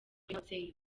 n’ababyeyi